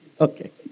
Okay